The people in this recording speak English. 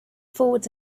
forwards